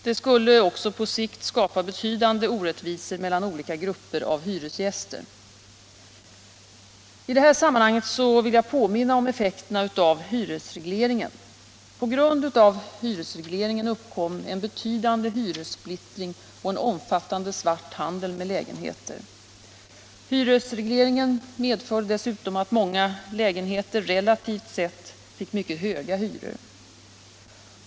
Det skulle också på sikt skapa betydande orättvisor mellan olika grupper av hyresgäster. I detta sammanhang vill jag påminna om effekterna av hyresregleringen. På grund av hyresregleringen uppkom en betydande hyressplittring och en omfattande svart handel med lägenheter. Hyresregleringen medförde dessutom att många lägenheter relativt sett fick mycket höga hyror.